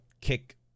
kick